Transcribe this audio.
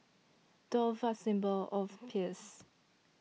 doves are a symbol of peace